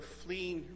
fleeing